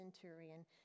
centurion